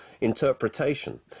interpretation